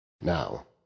Now